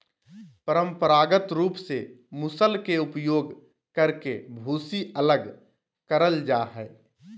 परंपरागत रूप से मूसल के उपयोग करके भूसी अलग करल जा हई,